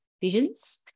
visions